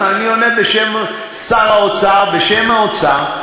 אני עונה בשם שר האוצר, בשם האוצר.